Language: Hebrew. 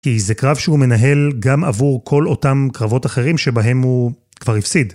כי זה קרב שהוא מנהל גם עבור כל אותם קרבות אחרים שבהם הוא כבר הפסיד.